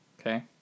Okay